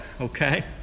okay